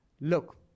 look